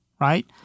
right